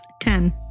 Ten